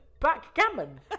Backgammon